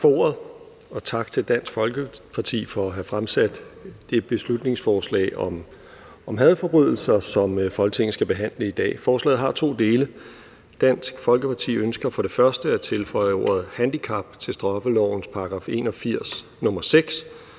Tak for ordet, og tak til Dansk Folkeparti for at have fremsat det beslutningsforslag om hadforbrydelser, som Folketinget skal behandle i dag. Forslaget har to dele. Dansk Folkeparti ønsker for det første at tilføje ordet handicap til straffelovens § 81, nr. 6,